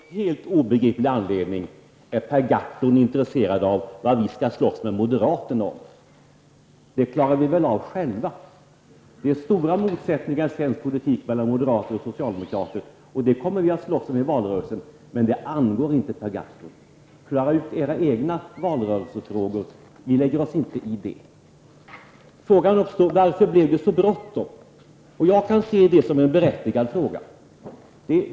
Fru talman! Av någon helt obegriplig anledning är Per Gahrton intresserad av vad vi skall slåss med moderaterna om. Det klarar vi själva. Det är stora motsättningar i svensk politik mellan moderater och socialdemokrater. Dessa kommer vi att slåss om i valrörelsen, men det angår inte Per Gahrton. Ni har era egna valrörelsefrågor, och dem lägger vi oss inte i. Frågan har uppstått: Varför blev det så bråttom? Jag kan se detta som en berättigad fråga.